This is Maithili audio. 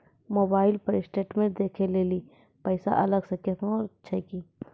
मोबाइल पर स्टेटमेंट देखे लेली पैसा अलग से कतो छै की?